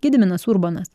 gediminas urbonas